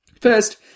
First